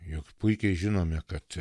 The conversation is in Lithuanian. juk puikiai žinome kad